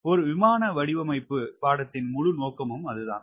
ஒரு விமான வடிவமைப்பு பாடத்தின் முழு நோக்கமும் அதுதான்